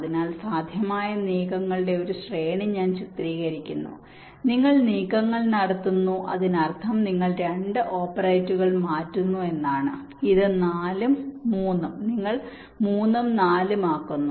അതിനാൽ സാധ്യമായ നീക്കങ്ങളുടെ ഒരു ശ്രേണി ഞാൻ ചിത്രീകരിക്കുന്നു നിങ്ങൾ നീക്കങ്ങൾ നടത്തുന്നു അതിനർത്ഥം നിങ്ങൾ രണ്ട് ഓപ്പറേറ്റുകൾ മാറ്റുന്നു എന്നാണ് ഇത് 4 ഉം 3 ഉം നിങ്ങൾ ഇത് 3 ഉം 4 ഉം ആക്കുന്നു